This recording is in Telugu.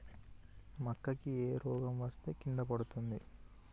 మక్కా కి ఏ రోగం వస్తే కింద పడుతుంది?